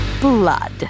blood